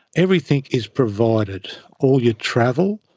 everything is provided all your travel,